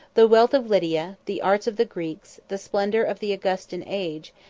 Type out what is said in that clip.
the wealth of lydia, the arts of the greeks, the splendor of the augustan age,